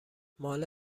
ماله